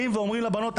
אומרים לבנות,